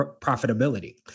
profitability